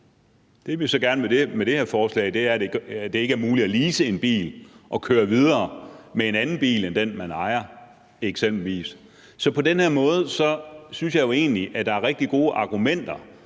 Det, vi så gerne vil med det her forslag, er at gøre, at det ikke er muligt at lease en bil og køre videre med en anden bil end den, man ejer – eksempelvis. Så på den her måde synes jeg jo egentlig, at der er rigtig gode argumenter